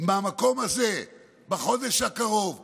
מהמקום הזה בחודש הקרוב בדיור,